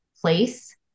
place